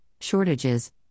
shortages